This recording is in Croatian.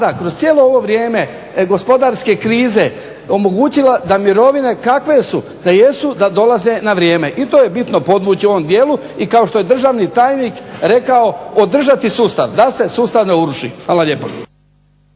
kroz cijelo ovo vrijeme gospodarske krize omogućila da mirovine kakve jesu da jesu da dolaze na vrijeme i to je bitno podvući u ovom dijelu i kao što je državni tajnik rekao podržati sustav, da se sustav ne uruši. Hvala lijepo.